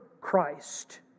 Christ